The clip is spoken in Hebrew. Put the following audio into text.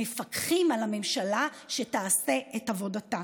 מפקחות על הממשלה שתעשה את עבודתה.